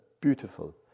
beautiful